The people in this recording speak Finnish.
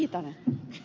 oleellista